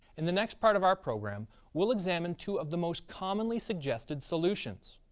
in the next part of our program we'll examine two of the most commonly suggested solutions.